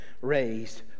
raised